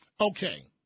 Okay